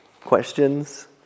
Questions